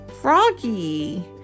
Froggy